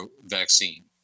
vaccine